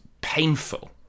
painful